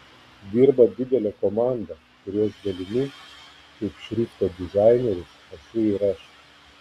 dirba didelė komanda kurios dalimi kaip šrifto dizaineris esu ir aš